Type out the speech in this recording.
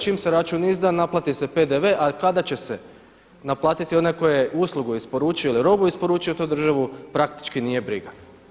Čim se račun izda naplati se PDV, a kada će se naplatiti onaj tko je uslugu isporučio ili robu isporučio to državu praktički nije briga.